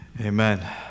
Amen